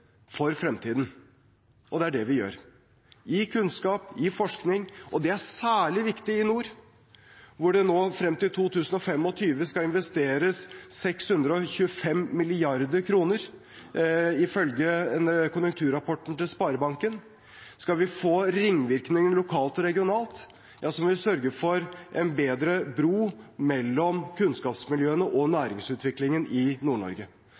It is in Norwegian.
for fremtiden. Og det er det vi gjør – i kunnskap, i forskning, og det er særlig viktig i nord, hvor det frem til 2025 skal investeres 625 mrd. kr., ifølge konjunkturrapporten til Sparebanken. Skal vi få ringvirkninger lokalt og regionalt, må vi sørge for en bedre bro mellom kunnskapsmiljøene og næringsutviklingen i